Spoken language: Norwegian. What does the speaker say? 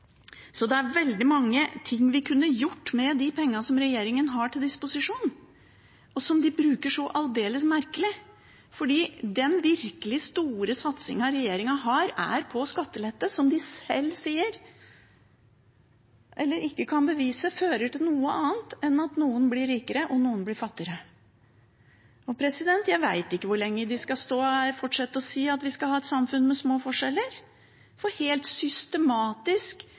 Så det er veldig mange ting vi kunne gjort med de pengene som regjeringen har til disposisjon, og som de bruker så aldeles merkelig. For den virkelig store satsingen regjeringen har, er på skattelette, som de sjøl sier – eller ikke kan bevise fører til noe annet enn at noen blir rikere, og at noen blir fattigere. Jeg vet ikke hvor lenge de skal stå her og fortsette å si at vi skal ha et samfunn med små forskjeller, for helt systematisk,